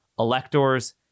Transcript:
Electors